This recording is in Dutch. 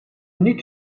niet